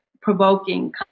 provoking